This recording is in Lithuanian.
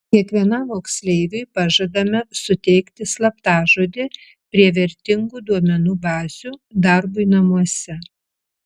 kiekvienam moksleiviui pažadame suteikti slaptažodį prie vertingų duomenų bazių darbui namuose